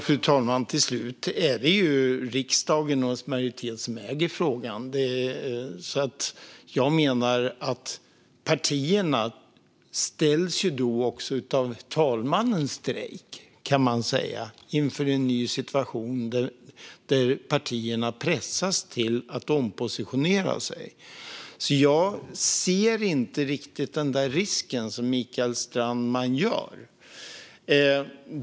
Fru talman! Till slut är det majoriteten i riksdagen som äger frågan. Enligt mig ställs partierna av talmannens strejk, som man kan kalla det, inför en ny situation där partierna pressas till att ompositionera sig. Jag ser inte riktigt den risk som Mikael Strandman ser.